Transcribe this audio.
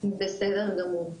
בסדר גמור.